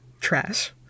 trash